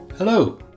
Hello